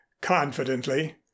Confidently